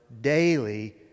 daily